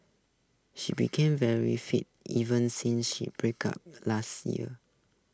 she became very fit even since she break up last year